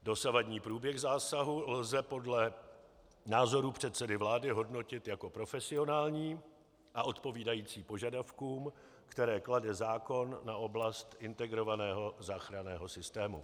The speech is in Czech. Dosavadní průběh zásahu lze podle názoru předsedy vlády hodnotit jako profesionální a odpovídající požadavkům, které klade zákon na oblast integrovaného záchranného systému.